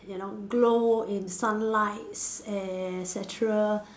you know glow in sunlight s~ et cetera